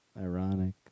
Ironic